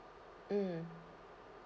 mm